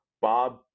Bob